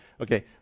okay